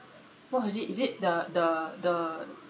what was it is it the the the